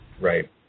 Right